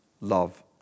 love